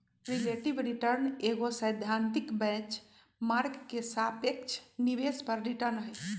relative return एगो सैद्धांतिक benchmark के सापेक्ष निवेश पर रिटर्न हइ